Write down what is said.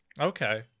Okay